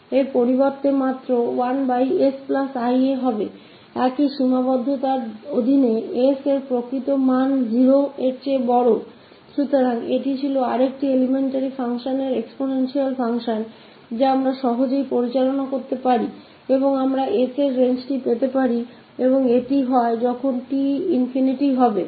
तो यह एक और प्राथमिक कार्य था exponential function जिसे हम आसानी से संभाल सकते हैं और हमकी इस श्रृंखला मिल सकती 𝑠 नीचे ध्यान देने योग्य बात यह है कि जब यहां क्या का होगा जब यह t ∞ की तरफ जाएगा